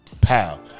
pal